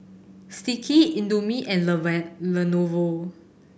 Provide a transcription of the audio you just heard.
Sticky Indomie and Lenovo